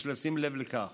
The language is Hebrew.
יש לשים לב לכך